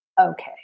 Okay